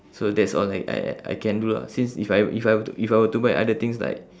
so that's all that I I I can do lah since if I if I were to if I were to buy other things like